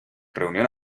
reunión